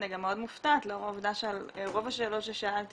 אני גם מאוד מופתעת לאור העובדה שעל רוב השאלות ששאלתי